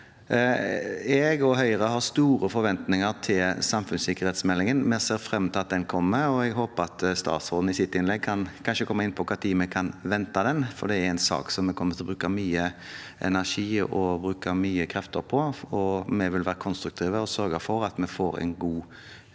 Jeg og Høyre har store forventninger til samfunnssikkerhetsmeldingen. Vi ser frem til at den kommer, og jeg håper statsråden i sitt innlegg kanskje kan komme inn på når vi kan vente den. Det er en sak vi kommer til å bruke mye energi og krefter på. Vi vil være konstruktive og sørge for at vi får en god